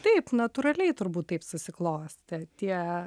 taip natūraliai turbūt susiklostė tie